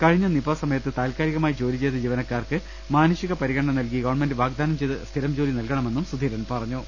കഴിഞ്ഞ നിപ സമയത്ത് താൽകാലികമായി ജോലി ചെയ്ത ജീവനക്കാർക്ക് മാനുഷിക പരിഗണന നൽകി ഗവൺമെന്റ് വാഗ്ദാനം ചെയ്ത സ്ഥിരംജോലി നൽകണമെന്നും സുധീരൻ പറഞ്ഞു